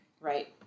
Right